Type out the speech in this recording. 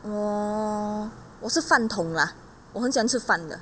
uh 我是饭桶 lah 我很喜欢吃饭的